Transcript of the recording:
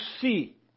see